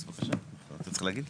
אז בבקשה, אתה צריך להגיד.